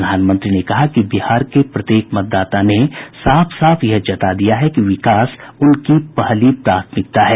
प्रधानमंत्री ने कहा कि बिहार के प्रत्येक मतदाता ने साफ साफ यह जता दिया है कि विकास उनकी प्राथमिकता है